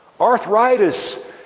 Arthritis